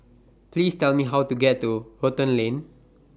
Please Tell Me How to get to Rotan Lane